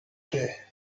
day